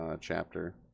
chapter